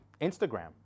Instagram